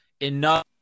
enough